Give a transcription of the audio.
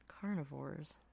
carnivores